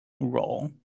role